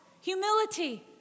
Humility